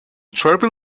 travel